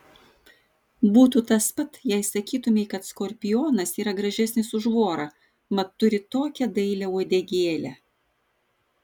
būtų tas pat jei sakytumei kad skorpionas yra gražesnis už vorą mat turi tokią dailią uodegėlę